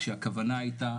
כשהכוונה הייתה,